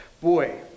Boy